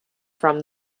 from